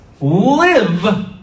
live